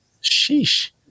Sheesh